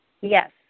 Yes